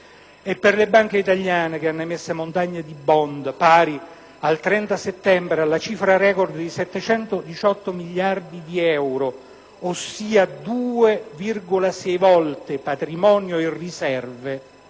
E per le banche italiane che hanno emesso montagne di *bond*, pari, al 30 settembre, alla cifra record di 718 miliardi di euro, ossia 2,6 volte patrimonio e riserve,